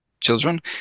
children